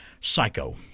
Psycho